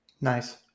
Nice